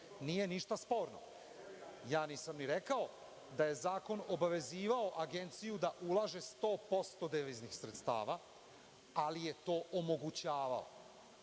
Nije ništa sporno. Nisam ni rekao da je zakon obavezivao Agenciju da ulaže 100% deviznih sredstava, ali je to omogućavao,